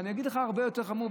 אבל אני אגיד לך הרבה יותר חמור,